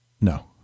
No